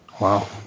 Wow